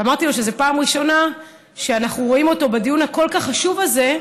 אמרתי לו שזו פעם ראשונה שאנחנו רואים אותו בדיון הכל-כך חשוב הזה.